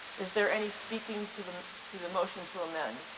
is there any speaking to the to the motion to amend?